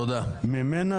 תודה.